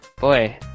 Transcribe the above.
Boy